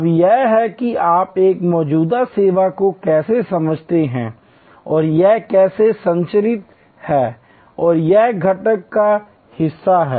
अब यह है कि आप एक मौजूदा सेवा को कैसे समझते हैं और यह कैसे संरचित है और यह घटक का हिस्सा है